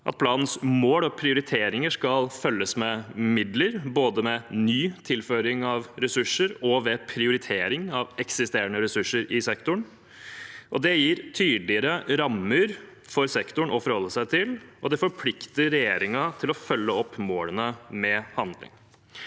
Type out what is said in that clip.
planens mål og prioriteringer skal følges med midler, både med ny tilføring av ressurser og ved priorite ring av eksisterende ressurser i sektoren. Det gir tydeligere rammer for sektoren å forholde seg til, og det forplikter regjeringen til å følge opp målene med handling.